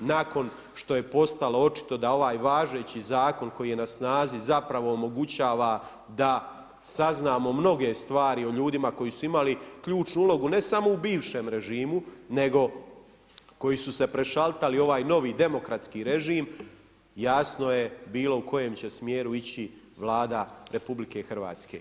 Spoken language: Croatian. nakon što je postalo očito da ovaj važeći zakon koji je na snazi zapravo omogućava da saznamo mnoge stvari o ljudima koji su imali ključnu ulogu, ne samo u bivšem režimu, nego koji su se prešaltali u ovaj novi demokratski režim, jasno je bilo u kojem će smjeru ići Vlada RH.